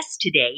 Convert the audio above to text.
today